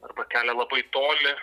arba kelia labai toli